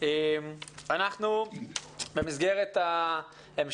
אנחנו מתנצלים על האיחור הקל.